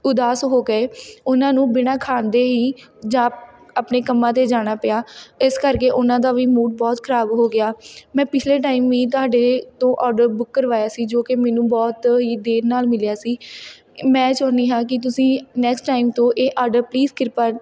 ਉਦਾਸ ਹੋ ਗਏ ਉਹਨਾਂ ਨੂੰ ਬਿਨਾਂ ਖਾਂਦੇ ਹੀ ਜਾ ਆਪਣੇ ਕੰਮਾਂ 'ਤੇ ਜਾਣਾ ਪਿਆ ਇਸ ਕਰਕੇ ਉਹਨਾਂ ਦਾ ਵੀ ਮੂਡ ਬਹੁਤ ਖ਼ਰਾਬ ਹੋ ਗਿਆ ਮੈਂ ਪਿਛਲੇ ਟਾਈਮ ਵੀ ਤੁਹਾਡੇ ਤੋਂ ਔਡਰ ਬੁੱਕ ਕਰਵਾਇਆ ਸੀ ਜੋ ਕਿ ਮੈਨੂੰ ਬਹੁਤ ਹੀ ਦੇਰ ਨਾਲ ਮਿਲਿਆ ਸੀ ਮੈਂ ਚਾਹੁੰਦੀ ਹਾਂ ਕਿ ਤੁਸੀਂ ਨੈਕਸਟ ਟਾਈਮ ਤੋਂ ਇਹ ਆਡਰ ਪਲੀਜ਼ ਕਿਰਪਾ